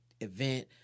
event